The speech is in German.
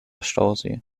stausee